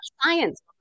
science